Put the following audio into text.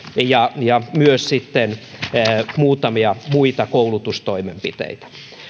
ja ja on myös muutamia muita koulutustoimenpiteitä